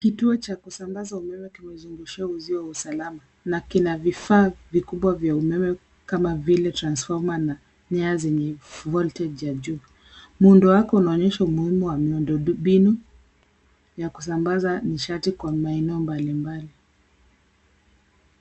Kituo cha kusambaza umeme tumezungusha uzio wa usalama na kina vifaa vikubwa vya umeme kama vile transformer na nyaya zenye voltage ya juu, muundo wako unaonyesha umuhimu wa miundo mbinu ya kusambaza nishati kwa maeneo mbalimbali.